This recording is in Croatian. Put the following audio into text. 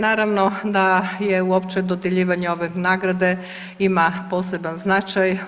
Naravno da je uopće dodjeljivanje ove nagrade ima poseban značaj.